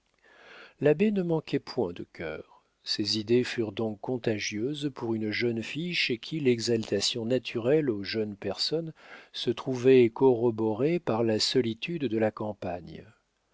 l'abbé ne manquait point de cœur ses idées furent donc contagieuses pour une jeune fille chez qui l'exaltation naturelle aux jeunes personnes se trouvait corroborée par la solitude de la campagne